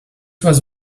was